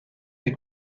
des